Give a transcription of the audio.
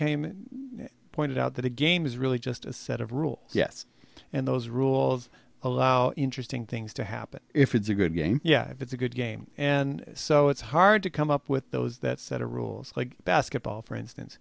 came pointed out that a game is really just a set of rules yes and those rules allow interesting things to happen if it's a good game yeah it's a good game and so it's hard to come up with those that set of rules like basketball for instance